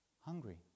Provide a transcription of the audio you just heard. hungry